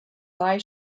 bai